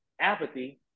apathy